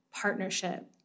partnership